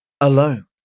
alone